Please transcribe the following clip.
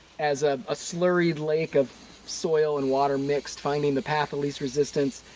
as a slurried lake of soil and water mixed, finding the path of least resistance,